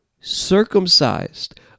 circumcised